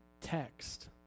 text